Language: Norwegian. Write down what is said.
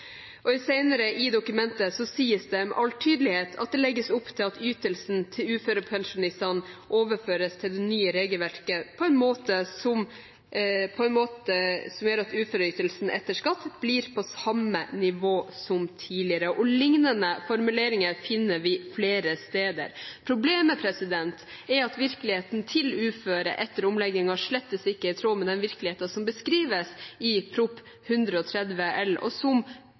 Og senere i dokumentet sies det med all tydelighet at det legges opp til at «ytelsen til uførepensjonistene overføres til det nye regelverket på en slik måte at uføreytelsen etter skatt blir på samme nivå som tidligere». Lignende formuleringer finner vi flere steder. Problemet er at virkeligheten til uføre etter omleggingen slett ikke er i tråd med den virkeligheten som beskrives i Prop. 130 L, og som